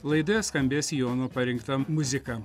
laidoje skambės jono parinkta muzika